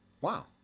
Wow